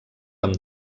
amb